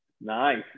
Nice